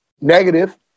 negative